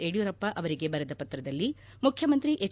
ಯಡಿಯೂರಪ್ಪ ಅವರಿಗೆ ಬರೆದ ಪತ್ರದಲ್ಲಿ ಮುಖ್ಯಮಂತ್ರಿ ಹೆಚ್